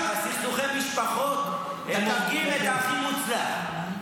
בסכסוכי משפחות הם הורגים את ההכי מוצלח,